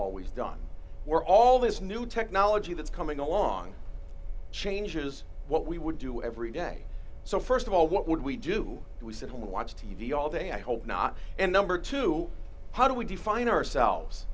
always done we're all this new technology that's coming along changes what we would do every day so st of all what would we do we sit home and watch t v all day i hope not and number two how do we define ourselves